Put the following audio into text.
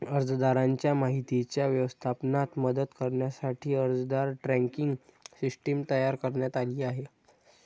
अर्जदाराच्या माहितीच्या व्यवस्थापनात मदत करण्यासाठी अर्जदार ट्रॅकिंग सिस्टीम तयार करण्यात आली आहे